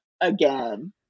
again